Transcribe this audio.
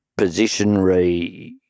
positionary